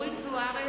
נגד אורית זוארץ,